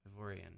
Ivorian